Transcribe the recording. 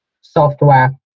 software